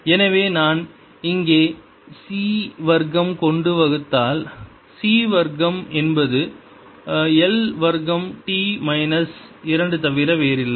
எனவே நான் இங்கே c வர்க்கம் கொண்டு வகுத்தால் c வர்க்கம் என்பது l வர்க்கம் t மைனஸ் இரண்டு தவிர வேறில்லை